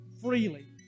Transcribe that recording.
freely